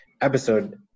episode